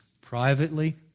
privately